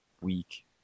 week